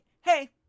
hey